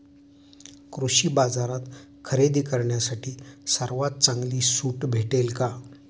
कृषी बाजारात खरेदी करण्यासाठी सर्वात चांगली सूट भेटेल का?